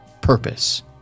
purpose